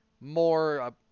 more